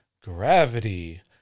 gravity